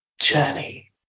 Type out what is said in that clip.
journey